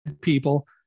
people